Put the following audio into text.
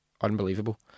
unbelievable